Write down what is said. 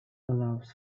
allows